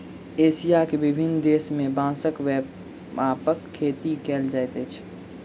Asia के विभिन्न देश में बांसक व्यापक खेती कयल जाइत अछि